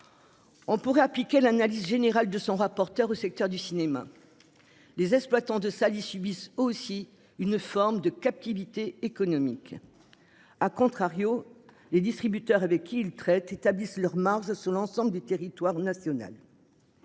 On pourrait appliquer l'analyse générale de son rapporteur au secteur du cinéma. Les exploitants de salles, ils subissent aussi une forme de captivité économique. À contrario, les distributeurs, avec qui il traite établissent leurs mars sur l'ensemble du territoire national.